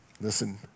Listen